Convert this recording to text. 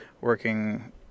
working